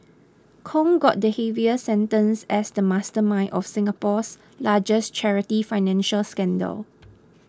Kong got the heaviest sentence as the mastermind of Singapore's largest charity financial scandal